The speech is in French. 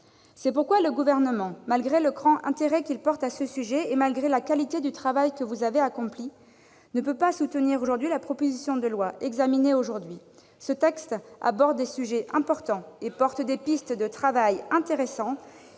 C'est pourquoi le Gouvernement, malgré le grand intérêt qu'il porte à ce sujet et la qualité du travail que vous avez accompli, ne peut soutenir aujourd'hui la présente proposition de loi. N'importe quoi ! Ce texte aborde des sujets importants et présente des pistes de travail intéressantes,